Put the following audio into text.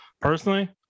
personally